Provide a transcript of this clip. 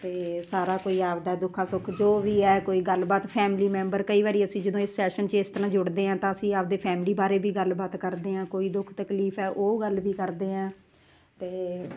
ਅਤੇ ਸਾਰਾ ਕੋਈ ਆਪਦਾ ਦੁੱਖਾਂ ਸੁੱਖ ਜੋ ਵੀ ਹੈ ਕੋਈ ਗੱਲਬਾਤ ਫੈਮਿਲੀ ਮੈਂਬਰ ਕਈ ਵਾਰੀ ਅਸੀਂ ਜਦੋਂ ਇਸ ਸੈਸ਼ਨ 'ਚ ਇਸ ਤਰ੍ਹਾਂ ਜੁੜਦੇ ਹਾਂ ਤਾਂ ਅਸੀਂ ਆਪਦੇ ਫੈਮਿਲੀ ਬਾਰੇ ਵੀ ਗੱਲਬਾਤ ਕਰਦੇ ਹਾਂ ਕੋਈ ਦੁੱਖ ਤਕਲੀਫ ਹੈ ਉਹ ਗੱਲ ਵੀ ਕਰਦੇ ਹਾਂ ਅਤੇ